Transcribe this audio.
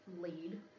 lead